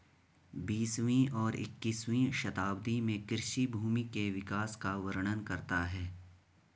बीसवीं और इक्कीसवीं शताब्दी में कृषि भूमि के विकास का वर्णन करता है